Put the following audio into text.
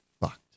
fucked